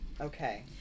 Okay